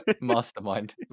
Mastermind